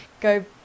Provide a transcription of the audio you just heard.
go